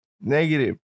negative